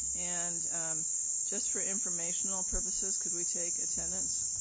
and just for informational purposes, could we take attendance.